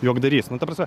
juokdarys nu ta prasme